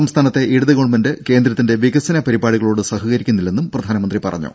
സംസ്ഥാനത്തെ ഇടത് ഗവൺമെന്റ് കേന്ദ്രത്തിന്റെ വികസന പരിപാടികളോട് സഹകരിക്കുന്നില്ലെന്നും പ്രധാനമന്ത്രി പറഞ്ഞു